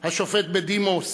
השופט בדימוס